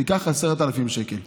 תיקח 10,000 שקל.